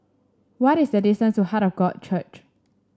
what is the distance to Heart of God Church